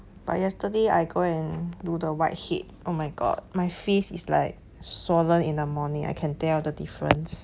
but yesterday I go and do the white head oh my god my face is like swollen in the morning I can tell the difference